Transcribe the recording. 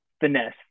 finesse